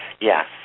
Yes